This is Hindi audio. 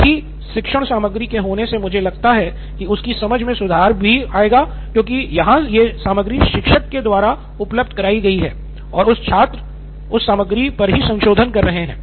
एक ही शिक्षण सामग्री के होने से मुझे लगता है कि उसकी समझ में भी सुधार आएगा क्योंकि यहाँ ये सामग्री शिक्षक के द्वारा उपलब्ध कराई गयी है और छात्र उस सामग्री पर ही संसोधन कर रहे हैं